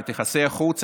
את יחסי החוץ,